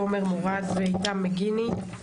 תומר מורד ואיתם מגיני.